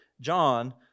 John